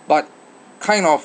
but kind of